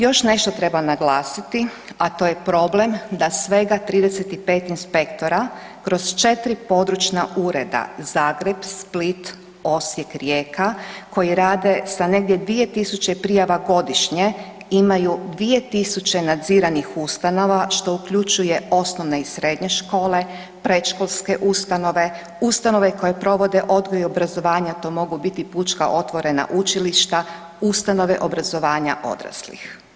Još nešto treba naglasiti, a to je problem da svega 35 inspektora kroz četiri područna ureda Zagreb, Split, Osijek, Rijeka koji rade sa negdje 2000 prijava godišnje imaju 2000 nadziranih ustanova što uključuje osnovne i srednje škole, predškolske ustanove, ustanove koje provode odgoj i obrazovanje, a to mogu biti pučka otvorena učilišta, ustanove obrazovanja odraslih.